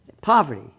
Poverty